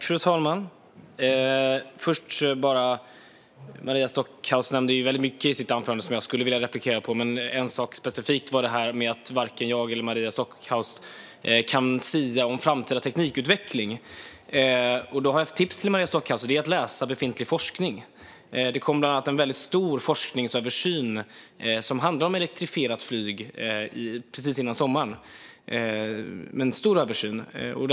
Fru talman! Maria Stockhaus nämnde väldigt mycket i sitt anförande som jag skulle vilja replikera på, men en specifik sak var detta med att varken jag eller Maria Stockhaus kunde sia om framtida teknikutveckling. Då har jag ett tips till Maria Stockhaus, och det är att läsa befintlig forskning. Det kom bland annat en väldigt stor forskningsöversyn precis innan sommaren, som handlade om elektrifierat flyg.